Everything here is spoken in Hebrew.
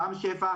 רם שפע,